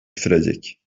sürecek